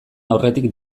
aurretik